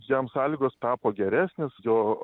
jam sąlygos tapo geresnės jo